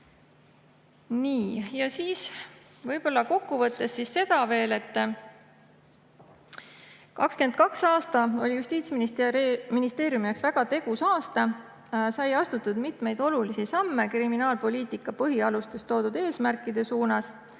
Võib-olla kokku võttes veel seda, et 2022. aasta oli Justiitsministeeriumi jaoks väga tegus aasta. Sai astutud mitmeid olulisi samme "Kriminaalpoliitika põhialustes" toodud eesmärkide suunas.